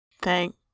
Thank